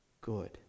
good